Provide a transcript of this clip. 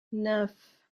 neuf